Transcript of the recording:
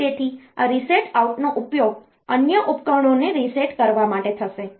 તેથી આ રીસેટ આઉટનો ઉપયોગ અન્ય ઉપકરણોને રીસેટ કરવા માટે થશે